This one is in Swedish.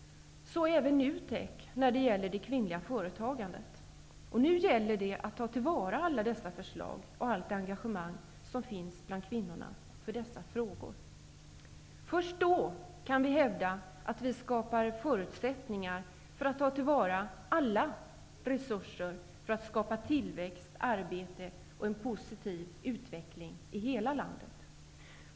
Det gäller även NUTEK i fråga om kvinnligt företagande. Nu gäller det att ta till vara alla dessa förslag och allt det engagemang som finns bland kvinnorna i dessa frågor. Först då kan vi hävda att vi skapar förutsättningar för att alla resurser tas till vara när det gäller att skapa tillväxt, arbete och en positiv utveckling i hela landet.